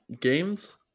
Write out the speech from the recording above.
games